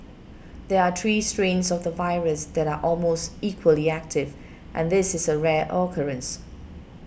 there are three strains of the virus that are almost equally active and this is a rare occurrence